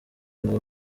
ngo